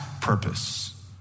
purpose